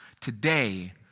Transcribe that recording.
Today